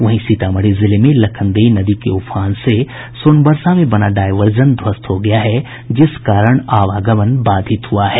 वहीं सीतामढ़ी जिले में लखनदेई नदी के उफान से सोनबरसा में बना डायवर्जन ध्वस्त हो गया है जिस कारण आवागमन बाधित हुआ है